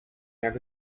jak